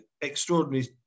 extraordinary